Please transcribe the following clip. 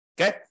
Okay